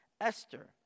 Esther